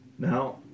Now